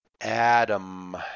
Adam